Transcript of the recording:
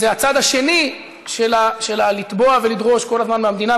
זה הצד השני של לתבוע ולדרוש כל הזמן מהמדינה,